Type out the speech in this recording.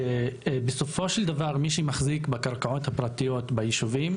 שבסופו של דבר מי שמחזיק בקרקעות הפרטיות ביישובים,